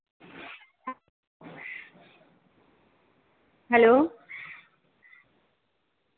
hello